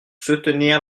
soutenir